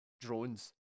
drones